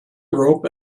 rope